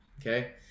Okay